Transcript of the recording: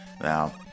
Now